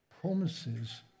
promises